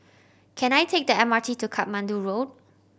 can I take the M R T to Katmandu Road